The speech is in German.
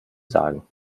sagen